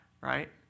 Right